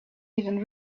even